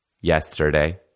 Yesterday